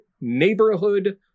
neighborhood